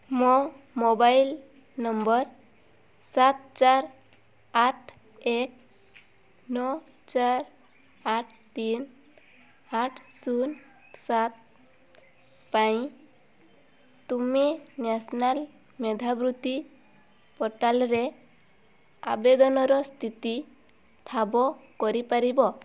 ମୋ mobile number ସାତ ଚାରି ଆଠ ଏକ ନଅ ଚାରି ଆଠ ତିନି ଆଠ ଶୂନ ସାତ ପାଇଁ ତୁମେ ନ୍ୟାସନାଲ୍ ମେଧାବୃତ୍ତି ପୋର୍ଟାଲରେ ଆବେଦନର ସ୍ଥିତି ଠାବ କରିପାରିବ